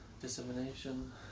dissemination